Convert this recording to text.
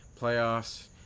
playoffs